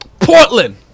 Portland